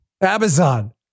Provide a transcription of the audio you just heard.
Amazon